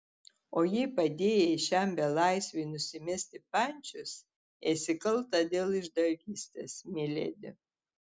o jei padėjai šiam belaisviui nusimesti pančius esi kalta dėl išdavystės miledi